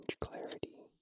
clarity